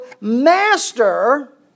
Master